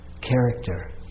character